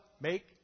Make